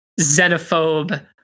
xenophobe